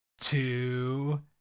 two